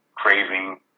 craving